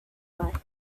life